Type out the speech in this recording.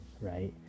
right